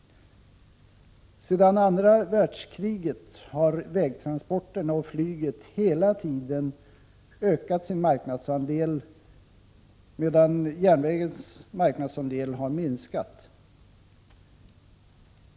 Sedan andra världskriget har vägtransporterna och flyget hela tiden ökat sin marknadsandel medan järnvägens marknadsandel har minskat.